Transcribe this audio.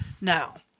Now